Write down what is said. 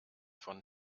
von